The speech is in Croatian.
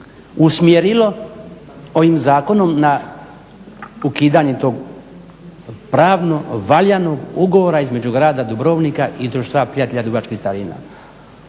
usmjerilo ovim zakonom na ukidanje tog pravno valjanog ugovora između grada Dubrovnika i Društva prijatelja dubrovačkih starina.